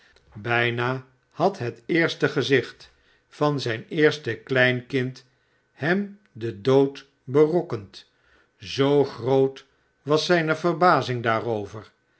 bijna had het eerste gezicht van zijn eerste kleinkind hem den dood berokkend zoo groot was zijne verbazing daarover